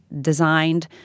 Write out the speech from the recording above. designed